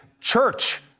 Church